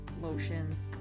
lotions